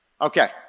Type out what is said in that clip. Okay